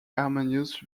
harmonious